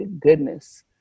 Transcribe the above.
goodness